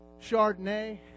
Chardonnay